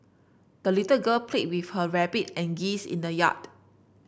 the little girl played with her rabbit and geese in the yard